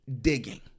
digging